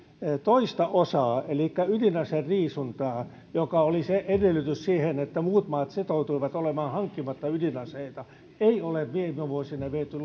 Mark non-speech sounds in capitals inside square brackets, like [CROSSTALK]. toista osaa elikkä ydinaseriisuntaa joka oli se edellytys siihen että muut maat sitoutuivat olemaan hankkimatta ydinaseita ei ole viime vuosina viety [UNINTELLIGIBLE]